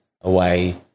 away